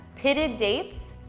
pitted dates,